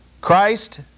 Christ